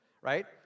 right